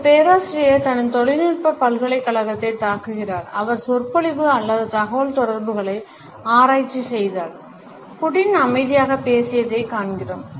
ஒரு பேராசிரியர் தனது தொழில்நுட்ப பல்கலைக்கழகத்தைத் தாக்குகிறார் அவர் சொற்பொழிவு அல்லாத தகவல்தொடர்புகளை ஆராய்ச்சி செய்தார் புடின் அமைதியாகப் பேசியதைக் காண்கிறோம்